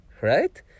right